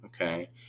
Okay